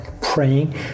praying